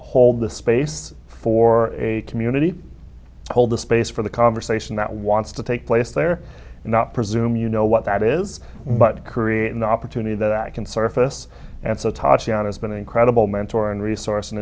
hold the space for a community to hold the space for the conversation that wants to take place there and not presume you know what that is but create an opportunity that i can surface and so tachyon has been an incredible mentor and resource an